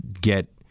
get